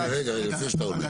זה אין ספק.